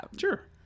Sure